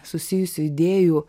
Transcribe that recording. susijusių idėjų